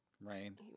Rain